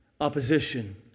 opposition